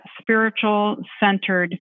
spiritual-centered